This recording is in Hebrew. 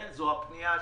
בישראל.